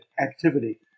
activity